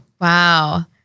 wow